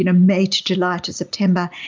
you know may to july to september,